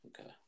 Okay